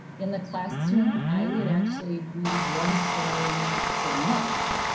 in the classroom i would actually read one story per month.